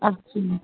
अछा